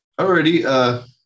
Alrighty